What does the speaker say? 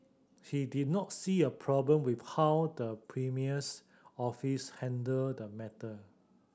he did not see a problem with how the premier's office handled the matter